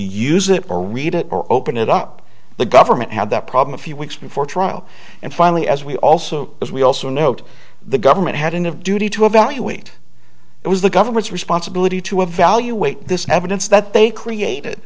use it or read it or open it up the government had that problem few weeks before trial and finally as we also as we also note the government hadn't of duty to evaluate it was the government's responsibility to evaluate this evidence that they created